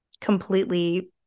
completely